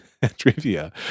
Trivia